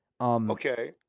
Okay